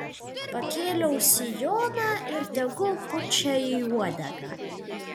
pakėliau sijoną ir tegu pučia į uodegą